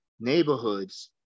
neighborhoods